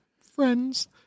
Friends